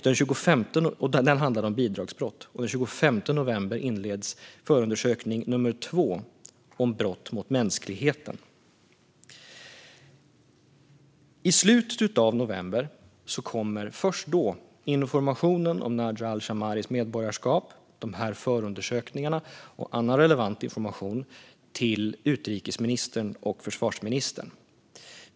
Den handlar om bidragsbrott. Den 25 november inleds förundersökning nummer 2, om brott mot mänskligheten. Först i slutet av november kommer informationen om Najah al-Shammaris medborgarskap, förundersökningarna och annan relevant information till utrikesministern och försvarsministern.